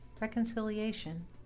reconciliation